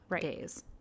days